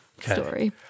story